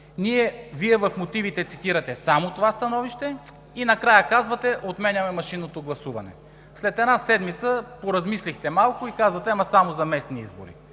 в мотивите цитирате само това становище и накрая казвате – отменяме машинното гласуване. След една седмица поразмислихте малко и казахте: ама само за местните избори.